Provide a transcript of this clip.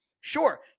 Sure